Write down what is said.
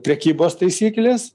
prekybos taisykles